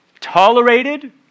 tolerated